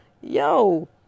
yo